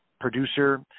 producer